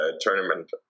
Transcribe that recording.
tournament